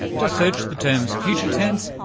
just search the terms future tense,